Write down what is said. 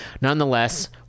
Nonetheless